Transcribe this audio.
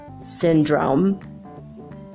syndrome